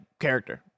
character